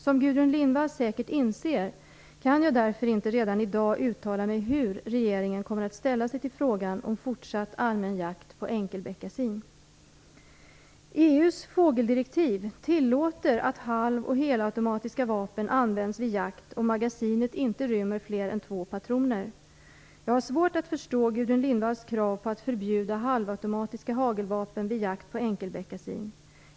Som Gudrun Lindvall säkert inser kan jag därför inte redan i dag uttala mig om hur regeringen kommer att ställa sig till frågan om fortsatt allmän jakt på enkelbeckasin. EU:s fågeldirektiv tillåter att halv och helautomatiska vapen används vid jakt om magasinet inte rymmer fler än två patroner. Jag har svårt att förstå Gudrun Lindvalls krav på att förbjuda halvautomatiska hagelvapen vid jakt på enkelbeckasin.